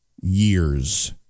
years